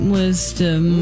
wisdom